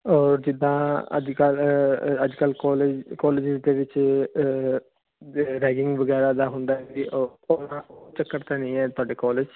ਜਿਦਾਂ ਅੱਜ ਕੱਲ ਅੱਜ ਕੱਲ ਕਾਲਜ ਦੇ ਵਿੱਚ ਰੈਗਿੰਗ ਵਗੈਰਾ ਦਾ ਹੁੰਦਾ ਚੱਕਰ ਤਾਂ ਨਹੀਂ ਤੁਹਾਡੇ ਕਾਲਜ